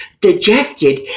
dejected